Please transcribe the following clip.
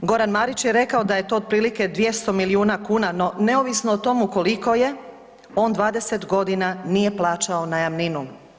Goran Marić je rekao da je to otprilike 200 milijuna kuna, no, neovisno o tomu koliko je, on 20 godina nije plaćao najamninu.